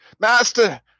Master